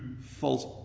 false